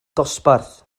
dosbarth